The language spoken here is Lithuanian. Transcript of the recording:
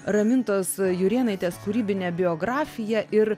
ramintos jurėnaitės kūrybinė biografija ir